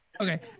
Okay